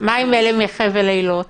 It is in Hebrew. מה עם אלה מחבל אילות?